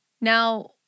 Now